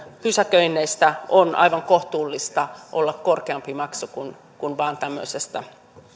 pysäköinneistä on aivan kohtuullista olla korkeampi maksu kuin kuin vain tämmöisestä